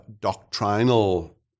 doctrinal